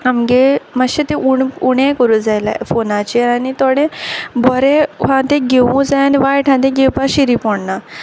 आमगे मातशे तें आमगे उण उणेंय कोरूं जाय लायक फोनाचेर आनी थोडें बोरें आहा तें घेवूं जायें आनी वायट आहा तें घेवपा शिरी पोडना